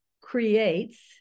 creates